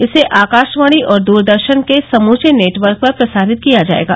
इसे आकाशवाणी और दूरदर्शन के समूचे नटवर्क पर प्रसारित किया जायेगा